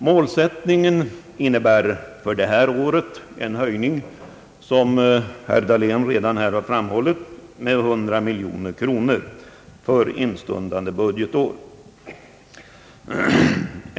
Målsättningen innebär, som herr Dahlén redan framhållit, en höjning med 100 miljoner kronor för instundande budgetår.